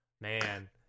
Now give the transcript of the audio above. Man